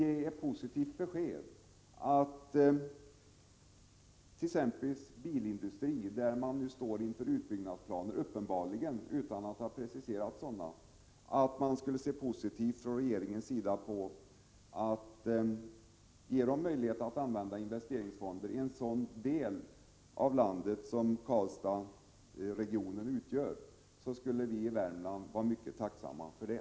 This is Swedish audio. Exempelvis inom bilindustrin har man nu utbyggnadsplaner, uppenbarligen utan att dessa har preciserats. Det skulle vara positivt om regeringen gav denna industri möjligheter att använda pengar från investeringsfonden i den del av landet som Karlstadsregionen utgör. Vii Värmland skulle vara mycket tacksamma för det.